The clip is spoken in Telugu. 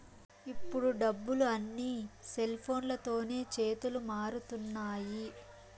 ఇప్పుడు డబ్బులు అన్నీ సెల్ఫోన్లతోనే చేతులు మారుతున్నాయి